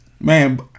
man